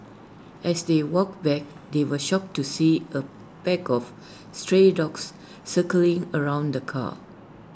as they walked back they were shocked to see A pack of stray dogs circling around the car